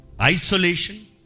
isolation